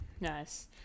Nice